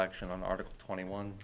action on article twenty one